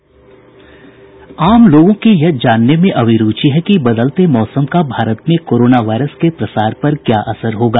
आम लोगों की यह जानने में अभिरूचि है कि बदलते मौसम का भारत में कोरोना वायरस के प्रसार पर क्या असर होगा